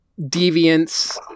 deviance